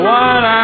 one